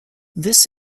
this